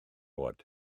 oed